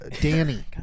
Danny